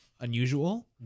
unusual